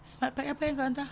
SmartPac apa eh kau hantar